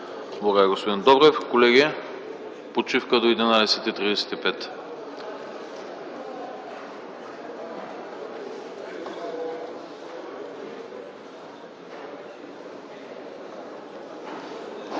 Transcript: Благодаря, господин Добрев. Колеги, почивка до 11,35